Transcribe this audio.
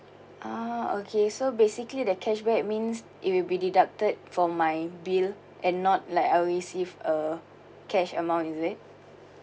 ah okay so basically the cashback means it will be deducted for my bill and not like I receive a cash amount is it